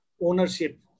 ownership